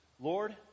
Lord